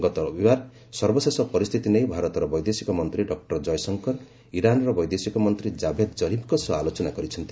ଗତ ରବିବାର ସର୍ବଶେଷ ପରିସ୍ଥିତି ନେଇ ଭାରତର ବୈଦେଶିକ ମନ୍ତ୍ର ଡକ୍ଟର ଜୟଶଙ୍କର ଇରାନ୍ର ବୈଦେଶିକ ମନ୍ତ୍ରୀ ଜାଭେଦ୍ ଜରିଫ୍ଙ୍କ ସହ ଆଲୋଚନା କରିଛନ୍ତି